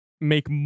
make